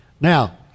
now